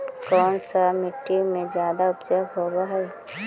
कोन सा मिट्टी मे ज्यादा उपज होबहय?